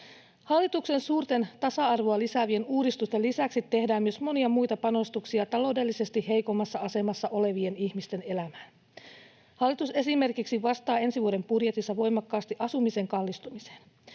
Hallituksen suurten tasa-arvoa lisäävien uudistusten lisäksi tehdään myös monia muita panostuksia taloudellisesti heikommassa asemassa olevien ihmisten elämään. Hallitus esimerkiksi vastaa ensi vuoden budjetissa voimakkaasti asumisen kallistumiseen.